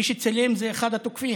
מי שצילם זה אחד התוקפים.